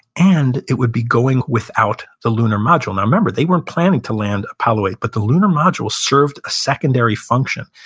and it would be going without the lunar module now remember, they weren't planning to land apollo eight, but the lunar module served a secondary function,